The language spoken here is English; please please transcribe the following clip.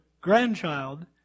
grandchild